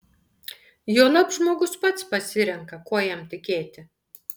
juolab žmogus pats pasirenka kuo jam tikėti